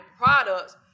products